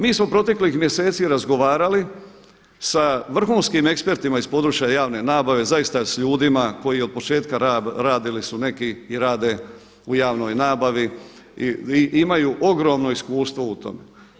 Mi smo proteklih mjeseci razgovarali sa vrhunskim ekspertima iz područja javne nabave, zaista s ljudima koji od početka radili su neki i rade u javnoj nabavi i imaju ogromno iskustvo u tome.